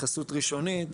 התייחסות ראשונית.